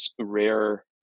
rare